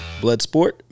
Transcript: Bloodsport